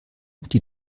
die